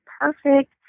perfect